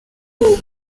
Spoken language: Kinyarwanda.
ubu